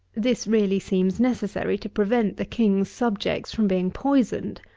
this really seems necessary to prevent the king's subjects from being poisoned.